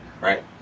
Right